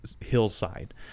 hillside